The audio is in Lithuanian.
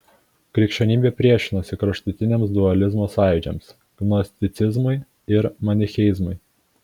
krikščionybė priešinosi kraštutiniams dualizmo sąjūdžiams gnosticizmui ir manicheizmui